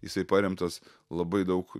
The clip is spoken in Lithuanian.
jisai paremtas labai daug